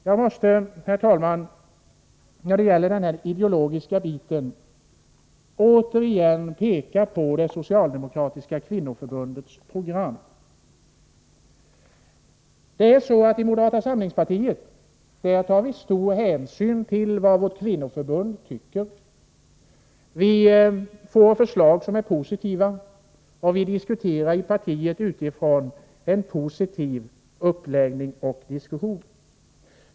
Jag måste, herr talman, när det gäller den ideologiska delen återigen peka på det socialdemokratiska kvinnoförbundets familjepolitiska program. I moderata samlingspartiet tar vi stor hänsyn till vad vårt kvinnoförbund tycker. Vi får förslag som är positiva, och vi diskuterar i partiet utifrån en positiv uppläggning.